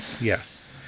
Yes